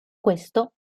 questo